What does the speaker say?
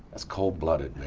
that's cold-blooded